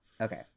Okay